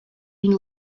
d’une